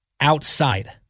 outside